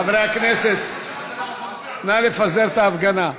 חברי הכנסת, נא לפזר את ההפגנה.